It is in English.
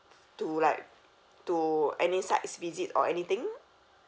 to like to any sites visit or anything